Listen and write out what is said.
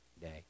day